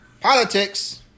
Politics